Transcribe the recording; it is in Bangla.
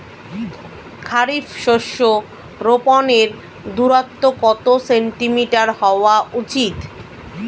খারিফ শস্য রোপনের দূরত্ব কত সেন্টিমিটার হওয়া উচিৎ?